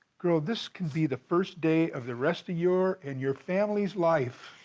girl, this could be the first day of the rest of your and your family's life.